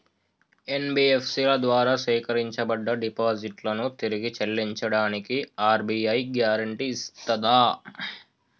NBFC ల ద్వారా సేకరించబడ్డ డిపాజిట్లను తిరిగి చెల్లించడానికి ఆర్.బి.ఐ గ్యారెంటీ ఇస్తదా?